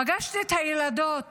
פגשתי את הילדות